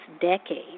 decade